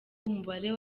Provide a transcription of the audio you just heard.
umubare